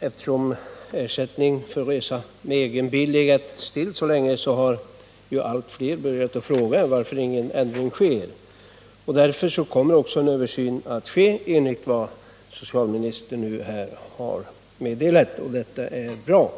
Eftersom ersättningen för resa med egen bil har varit oförändrad så länge, harallt fler börjat att fråga varför ingen ändring sker. Därför kommer också en översyn att ske, enligt vad som socialministern nu har meddelat, och detta är bra.